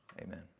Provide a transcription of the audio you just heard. Amen